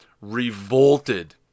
revolted